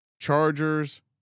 Chargers